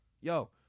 Yo